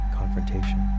confrontation